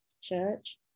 church